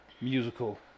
musical